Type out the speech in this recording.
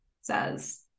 says